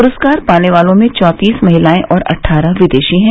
पुरस्कार पाने वालों में चौंतीस महिलाए और अट्ठारह विदेशी हैं